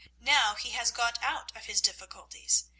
now he has got out of his difficulties,